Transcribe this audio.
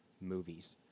movies